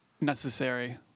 necessary